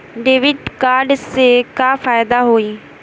Debit card से का फायदा होई?